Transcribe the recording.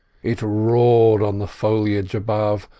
it roared on the foliage above,